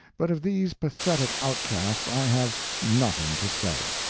but of these pathetic outcasts i have nothing to say.